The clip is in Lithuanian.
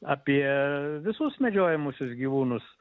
apie visus medžiojamuosius gyvūnus